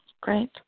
Great